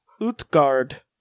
Utgard